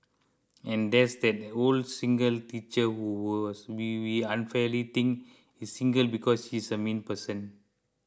and there's that old single teacher who we was we we unfairly think is single because she's a mean person